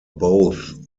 both